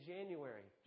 January